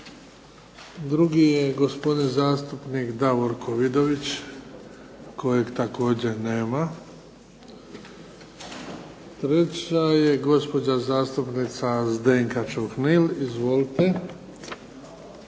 Drugi je gospodin zastupnik Davorko Vidović kojeg također nema. Treća je gospođa zastupnica Zdenka Čuhnil, izvolite.